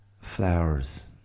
flowers